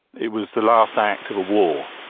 it was the last act of a war.